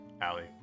Allie